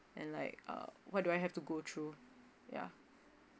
and like uh what do I have to go through ya